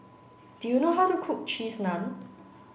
do you know how to cook cheese naan